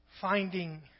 Finding